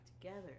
together